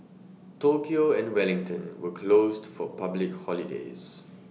Tokyo and Wellington were closed for public holidays